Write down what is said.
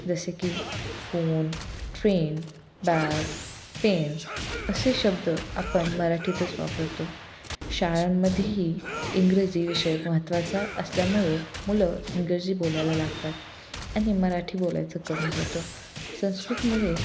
जसे की phone train bag pen असे शब्द आपण मराठीतच वापरतो शाळांमध्येही इंग्रजी विषय महत्त्वाचा असल्यामुळे मुलं इंग्रजी बोलायला लागतात आणि मराठी बोलायचं कमी होतं संस्कृतमुळे